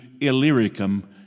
Illyricum